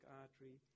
artery